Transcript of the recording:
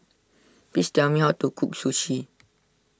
please tell me how to cook Sushi